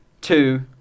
two